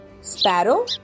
Sparrow